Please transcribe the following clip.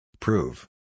Prove